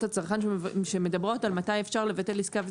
הצרכן שמדברות על מתי אפשר לבטל עסקה,